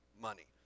money